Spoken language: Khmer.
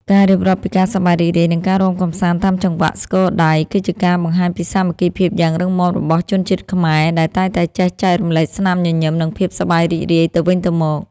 ការរៀបរាប់ពីការសប្បាយរីករាយ និងការរាំកម្សាន្តតាមចង្វាក់ស្គរដៃ គឺជាការបង្ហាញពីសាមគ្គីភាពយ៉ាងរឹងមាំរបស់ជនជាតិខ្មែរ ដែលតែងតែចេះចែករំលែកស្នាមញញឹម និងភាពសប្បាយរីករាយទៅវិញទៅមក។